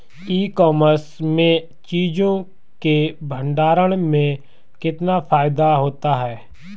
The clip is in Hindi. ई कॉमर्स में चीज़ों के भंडारण में कितना फायदा होता है?